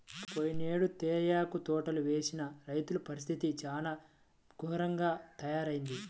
పోయినేడు తేయాకు తోటలు వేసిన రైతుల పరిస్థితి చాలా ఘోరంగా తయ్యారయింది